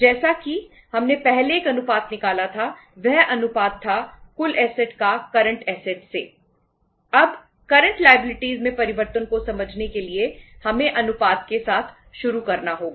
जैसा कि हमने पहले एक अनुपात निकाला था वह अनुपात था कुल ऐसेटस में परिवर्तन को समझने के लिए हमें अनुपात के साथ शुरू करना होगा